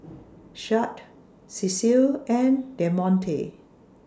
Shad Cecile and Demonte